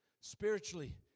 spiritually